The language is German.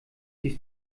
dies